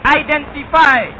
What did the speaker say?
identify